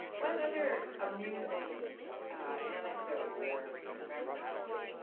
what other amusing anecdotes or remembrances